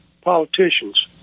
politicians